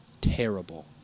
terrible